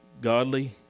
godly